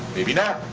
maybe not.